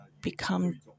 become